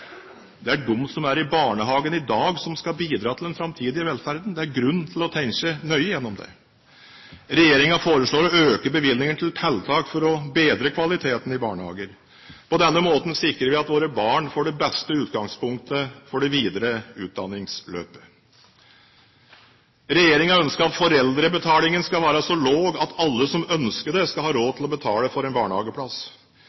Det er de som er i barnehage i dag, som skal bidra til den framtidige velferden. Det er grunn til å tenke nøye igjennom det. Regjeringen foreslår å øke bevilgningen til tiltak for å bedre kvaliteten i barnehager. På denne måten sikrer vi at våre barn får det beste utgangspunktet for det videre utdanningsløpet. Regjeringen ønsker at foreldrebetalingen skal være så lav at alle som ønsker det, skal ha råd